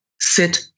Sit